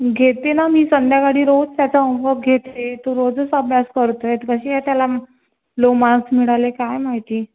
घेते ना मी संध्याकाळी रोज त्याचा होमवर्क घेते तो रोजच अभ्यास करतो आहे कसे काय त्याला लो मार्क्स मिळाले काय माहिती